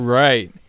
right